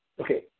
Okay